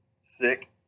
sick